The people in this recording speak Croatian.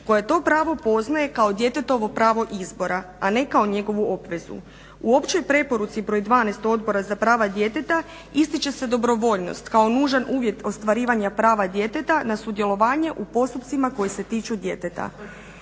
koja to pravo poznaje kao djetetovo pravo izbora a ne kao njegovu obvezu. U općoj preporuci br. 12. Odbora za prava djeteta ističe se dobrovoljnost kao nužan uvjet ostvarivanja prava djeteta na sudjelovanje u postupcima koji se tiču djeteta.